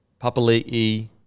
Papali'i